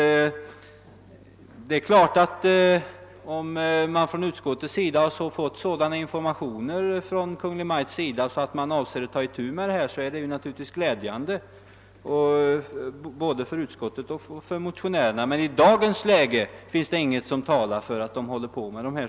Om utskottet har fått informationer som innebär att Kungl. Maj:t avser att ta itu med denna fråga är det naturligtvis glädjande både för utskottet och för motionärerna. I dagens läge finns det dock ingenting som antyder något sådant.